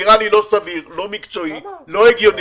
נראה לי לא סביר, לא מקצועי, לא הגיוני.